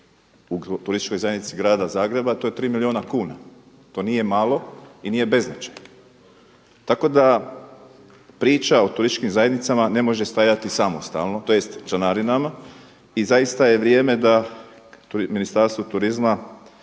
u Turističkoj zajednici Grada Zagreba to je 3 milijuna kuna. To nije malo i nije beznačajno. Tako da priča o turističkim zajednicama ne može stajati samostalno, tj. članarinama i zaista je vrijeme da Ministarstvo turizma